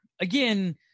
again